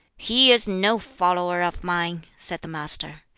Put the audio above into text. he is no follower of mine, said the master.